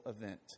event